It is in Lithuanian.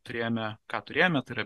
turėjome ką turėjome tai yra